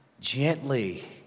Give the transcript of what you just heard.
gently